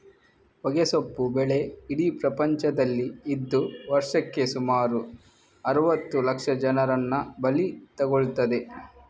ಹೊಗೆಸೊಪ್ಪು ಬೆಳೆ ಇಡೀ ಪ್ರಪಂಚದಲ್ಲಿ ಇದ್ದು ವರ್ಷಕ್ಕೆ ಸುಮಾರು ಅರುವತ್ತು ಲಕ್ಷ ಜನರನ್ನ ಬಲಿ ತಗೊಳ್ತದೆ